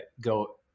go